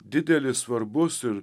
didelis svarbus ir